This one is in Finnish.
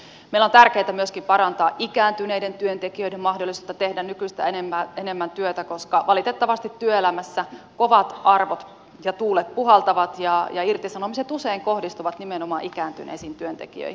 on tärkeätä myöskin parantaa ikääntyneiden työntekijöiden mahdollisuutta tehdä nykyistä enemmän työtä koska valitettavasti työelämässä kovat arvot ja tuulet puhaltavat ja irtisanomiset usein kohdistuvat nimenomaan ikääntyneisiin työntekijöihin